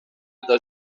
eta